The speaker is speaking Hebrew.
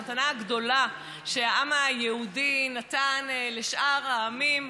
המתנה הגדולה שהעם היהודי נתן לשאר העמים,